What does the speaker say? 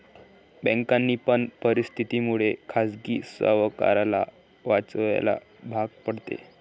बँकांनी पण परिस्थिती मुळे खाजगी सावकाराला वाचवायला भाग पाडले